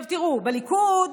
תראו, בליכוד